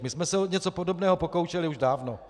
My jsme se o něco podobného pokoušeli už dávno.